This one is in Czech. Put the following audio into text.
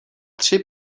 tři